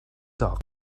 dog